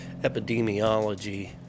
epidemiology